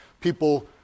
People